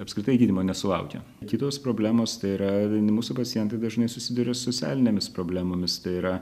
apskritai gydymo nesulaukia kitos problemos tai yra mūsų pacientai dažnai susiduria socialinėmis problemomis tai yra